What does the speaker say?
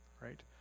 right